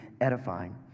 edifying